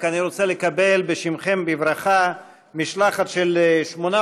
אני רוצה לקבל בשמכם בברכה משלחת של שמונה